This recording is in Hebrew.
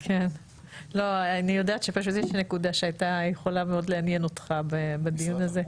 אני יודעת שפשוט יש נקודה שהייתה יכולה מאוד לעניין אותך בדיון הזה.